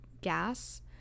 gas